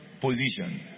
position